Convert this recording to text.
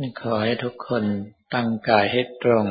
นะ ขอให้ทุกคนตั้งกายให้ตรง